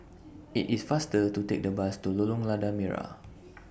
IT IS faster to Take The Bus to Lorong Lada Merah